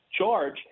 Charge